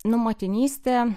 nu motinystė